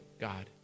God